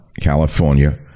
California